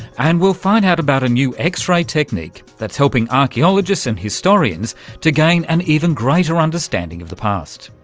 and we'll find out about a new x-ray technique that's helping archaeologists and historians to gain an even greater understanding of the past.